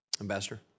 Ambassador